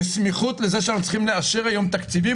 בסמיכות לזה שאנחנו צריכים לאשר היום תקציבים,